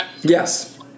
Yes